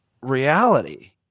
reality